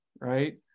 right